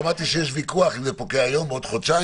שמעתי שיש ויכוח אם זה פוקע היום או בעוד חודשיים.